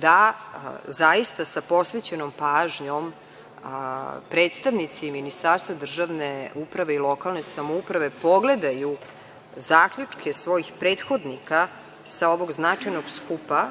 da zaista sa posvećenom pažnjom predstavnici Ministarstva državne uprave i lokalne samouprave pogledaju zaključke svojih prethodnika sa ovog značajnog skupa,